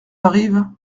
arrive